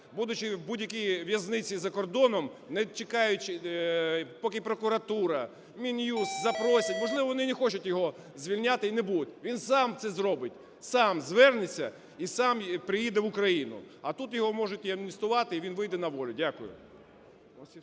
будучи в будь-якій в'язниці за кордоном, не чекаючи поки прокуратура, Мін'юст запросять, можливо, вони не хочуть його звільняти і не будуть, він сам це зробить, сам звернеться і сам приїде в Україну, а тут його можуть і амністувати, і він вийде на волю. Дякую.